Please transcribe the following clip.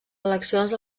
eleccions